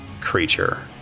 creature